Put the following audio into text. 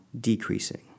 decreasing